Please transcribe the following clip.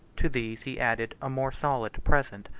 to these he added a more solid present,